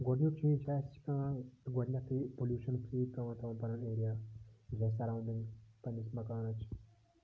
گۄڈٕنیُک چیٖز چھُ اَسہِ یہِ چھِ پٮ۪وان گۄڈٕنٮ۪تھٕے پُلوٗشَن فرٛی پٮ۪وان تھاوُن پَنُن ایٚرِیا یا سَراونٛڈِنٛگ پَنٕنِس مکانٕچ